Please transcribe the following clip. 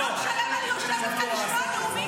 --- יום שלם אני יושבת כאן לשמוע נאומים